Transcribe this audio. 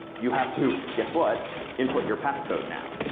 you have to guess what input your passcode now.